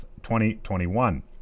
2021